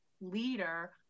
leader